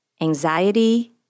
anxiety